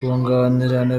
kunganirana